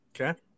Okay